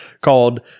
called